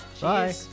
bye